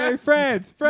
Friends